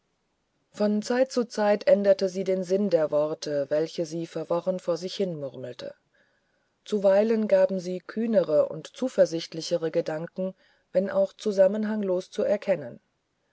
von zeit zu zeit änderte sie den sinn der worte welche sie verworren vor sich hin murmelte zuweilen gaben sie kühnere und zuversichtliche gedanken wenn auch zusammenhangslos zuerkennen